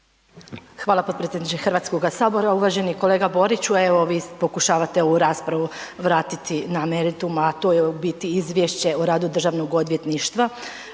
Hvala predsjedniče HS. Uvaženi kolega Boriću, evo vi pokušavate ovu raspravu vratiti na meritum, a to je u biti izvješće o radu državnog odvjetništva,